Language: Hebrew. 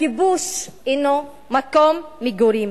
הכיבוש אינו מקום מגורים,